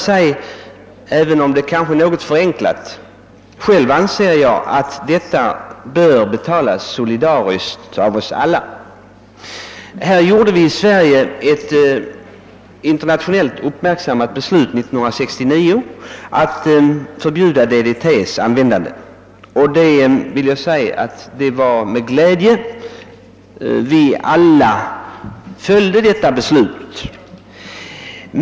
Själv anser jag att — något förenklat uttryckt -— dessa kost nader skall bäras solidariskt av oss alla. Sverige fattade år 1969 ett internationellt uppmärksammat beslut om förbud mot användning av DDT; det beslutet hälsade vi alla med glädje.